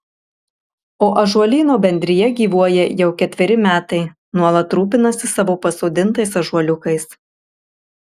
o ąžuolyno bendrija gyvuoja jau ketveri metai nuolat rūpinasi savo pasodintais ąžuoliukais